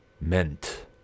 meant